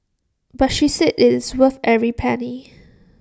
but she said IT is worth every penny